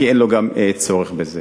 כי אין לו גם צורך בזה.